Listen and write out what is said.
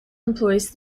employs